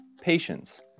patience